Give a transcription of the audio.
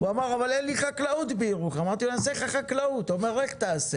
הוא אמר שאין חקלאות בירוחם והוא אמר אז תעשה.